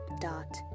dot